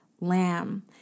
lamb